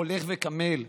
הולך וקמל,